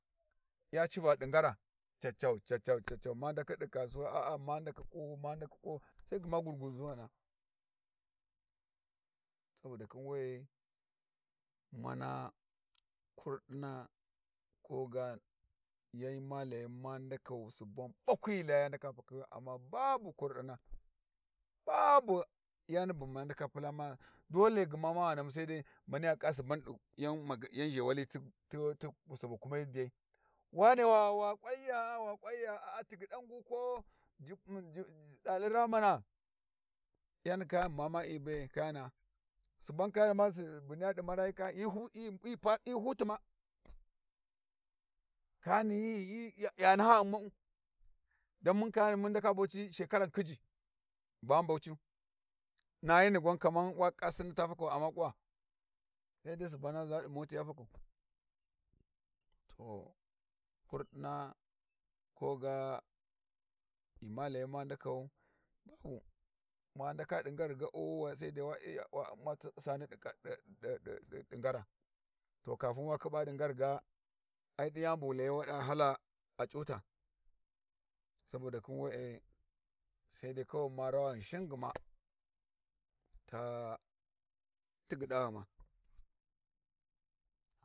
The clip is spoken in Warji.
Ya civaɗi ngarra cacau cacau cacau ma ndakhi ɗi kasuwai a'a ma ndakhi kuma ndakhi ku sai gma gur guun zuwana saboda khin we'e mana kurdina, ko ga yan ma layi ma ndakau suban ɓakwi hyi laya ya ndaka pakhi wuya amma babu kurdina babu yani bu ma ndaka pula ma dole ma ghanamu sai dai maniya khika suban ɗi yan maga yan zhewali ti subu kumi mbiyai, wane wa wa ƙwanyi gha wa ƙwanya a'a tigyiɗan gu ko jubun jid alli raa mana yani kayani bu ma iya be'e kayana'a suban kayani ma subu niyya ɗi marayai hyi huti ma, kayani hyi hyi ya nahaghum ma'u don mun kayani mun ndaka Bauchi shekaran khijji, ghu bahan Bauchi yu, nayi ni gwan Kaman wa kikka sinni ta fakau amma kuwa, sai dai subuna za di moti ya fakau. To kurdina ko ga ghi ma layi ma ndakau babu ma ndaka di ngar ga'u, sai dai wa iya wa u'ma ti ussani ɗi ɗi ɗi ngara, kafin wa khiba ɗi ngar ga, ai ɗin yani bu wu layi wada hala a c'uta, saboda khin we'e sai ma rawa ghinshin gma ta tigyiɗaghuma.